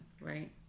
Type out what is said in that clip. right